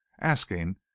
asking